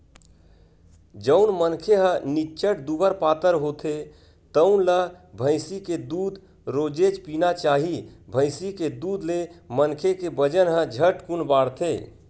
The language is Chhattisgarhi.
जउन मनखे ह निच्चट दुबर पातर होथे तउन ल भइसी के दूद रोजेच पीना चाही, भइसी के दूद ले मनखे के बजन ह झटकुन बाड़थे